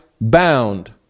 bound